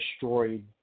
destroyed